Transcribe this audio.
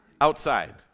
outside